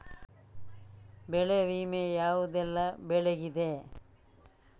ಬೆಳೆ ವಿಮೆ ಯಾವುದೆಲ್ಲ ಬೆಳೆಗಿದೆ?